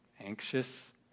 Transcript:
anxious